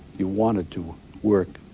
you wanted to work,